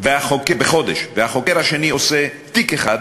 בחודש והחוקר השני עושה תיק אחד,